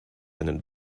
einen